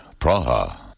Praha